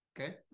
Okay